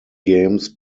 games